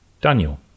Daniel